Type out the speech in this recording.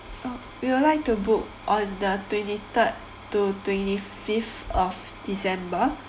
we would like to book on the twenty third to twenty fifth of december